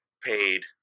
paid